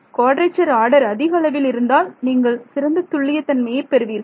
quadrature order அதிக அளவில் இருந்தால் நீங்கள் சிறந்த துல்லிய தன்மையை பெறுவீர்கள்